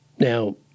Now